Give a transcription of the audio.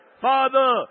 Father